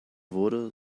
wurde